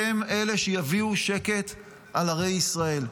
היא שתביא שקט על ערי ישראל.